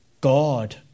God